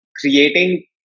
creating